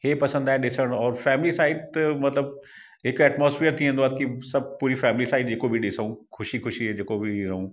इहे पसंदि आहे ॾिसण और फ़ेमिली साइड त मतलबु हिकु एटमॉस्फ़ेयर थी वेंदो आहे कि सभु पूरी फ़ेमिली असांजी जे को बि ॾिसूं ख़ुशी ख़ुशी जे को बि रहूं